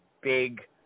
big